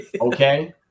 Okay